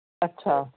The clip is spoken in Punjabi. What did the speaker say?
ਅੱਛਾ